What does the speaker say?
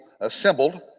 assembled